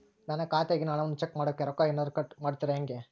ನನ್ನ ಖಾತೆಯಾಗಿನ ಹಣವನ್ನು ಚೆಕ್ ಮಾಡೋಕೆ ರೊಕ್ಕ ಏನಾದರೂ ಕಟ್ ಮಾಡುತ್ತೇರಾ ಹೆಂಗೆ?